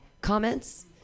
comments